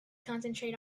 concentrate